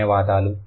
ధన్యవాదాలు